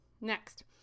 Next